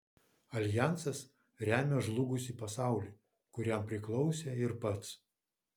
aljansas remia žlugusį pasaulį kuriam priklausė ir pats